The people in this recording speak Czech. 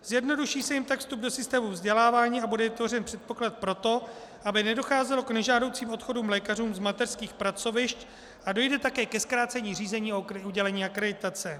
Zjednoduší se jim tak vstup do systému vzdělávání a bude vytvořen předpoklad pro to, aby nedocházelo k nežádoucím odchodům lékařů z mateřských pracovišť, a dojde také ke zkrácení řízení o udělení akreditace.